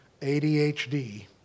ADHD